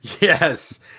yes